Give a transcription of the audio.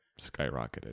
skyrocketed